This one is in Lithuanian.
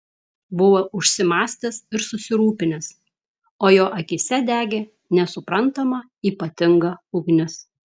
buvo užsimąstęs ir susirūpinęs o jo akyse degė nesuprantama ypatinga ugnis